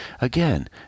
Again